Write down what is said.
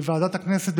בוועדת הכנסת,